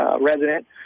resident